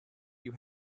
you